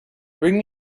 bring